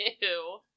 Ew